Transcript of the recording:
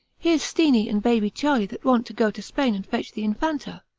here's steeny and baby charley that want to go to spain and fetch the infanta.